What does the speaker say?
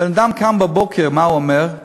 בן-אדם קם בבוקר, מה הוא אומר?